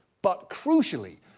but crucially,